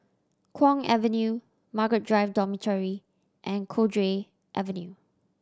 Kwong Avenue Margaret Drive Dormitory and Cowdray Avenue